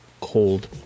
cold